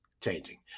changing